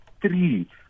three